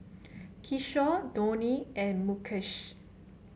Kishore Dhoni and Mukesh